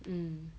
mm